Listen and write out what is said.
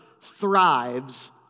thrives